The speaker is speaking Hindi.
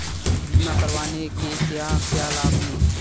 बीमा करवाने के क्या क्या लाभ हैं?